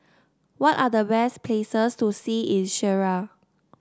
what are the best places to see in Syria